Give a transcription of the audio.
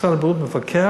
משרד הבריאות מפקח.